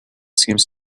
seems